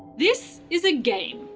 this is a game.